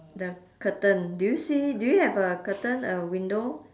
the curtain do you see do you have a curtain a window